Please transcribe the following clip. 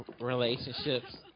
relationships